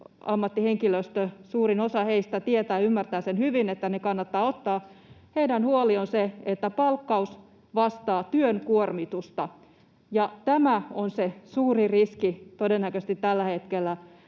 ammattihenkilöstö, suurin osa heistä, tietää ja ymmärtää sen hyvin, että ne kannattaa ottaa. Heidän huolensa on se, vastaako palkkaus työn kuormitusta, ja tämä on todennäköisesti se suuri riski tällä hetkellä,